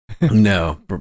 no